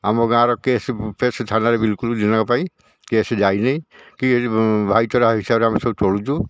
ଆମ ଗାଁର case face ଥାନାରେ ବିଲକୁଲ୍ ଦିନକ ପାଇଁ କେସ୍ ଯାଇନାହିଁ କି ଭାଇଚାରା ହିସାବରେ ଆମେ ସବୁ ଚଳୁଛୁ